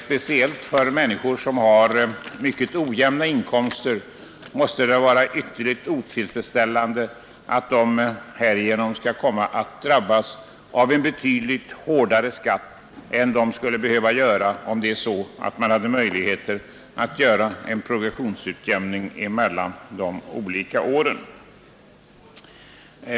Speciellt för människor som har mycket ojämna inkomster måste det vara ytterligt otillfredsställande att de skall drabbas av en betydligt hårdare skatt än de skulle behöva göra om det vore möjligt att företa en progressionsutjämning mellan de olika åren.